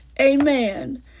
Amen